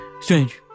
Strange